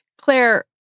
Claire